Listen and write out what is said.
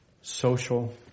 social